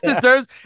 deserves